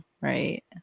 right